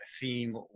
theme